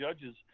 judges